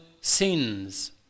sins